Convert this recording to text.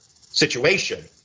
situation